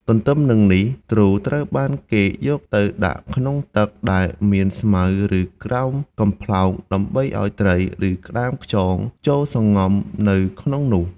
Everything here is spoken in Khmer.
ទទឹមនឹងនេះ ទ្រូត្រូវបានគេយកទៅដាក់ក្នុងទឹកដែលមានស្មៅឬក្រោមកំប្លោក ដើម្បីឱ្យត្រី ឬក្ដាមខ្យង ចូលសំងំនៅក្នុងនោះ។